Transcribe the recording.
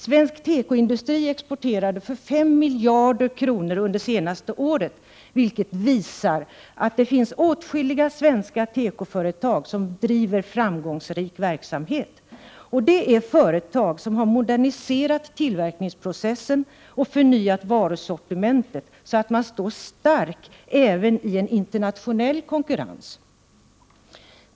Svensk tekoindustri exporterade för 5 miljarder kronor under det senaste året, vilket visar att det finns åtskilliga svenska tekoföretag som driver framgångsrik verksamhet. Det är företag som har moderniserat tillverkningsprocessen och förnyat varusortimentet så att de står starka även i en internationell konkurrens.